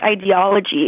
ideology